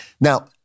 Now